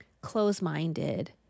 close-minded